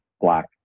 black